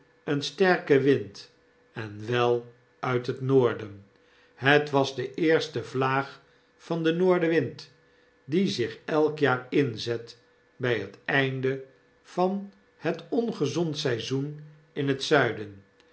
een sterke wind en wel uit het noorden het was de eerste vlaag van den noordenwind die zich elk jaar inzet by het einde van het ongezond seizoen in het zuiden